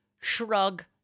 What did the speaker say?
shrug